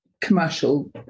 commercial